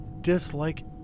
dislike